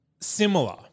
similar